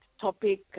topic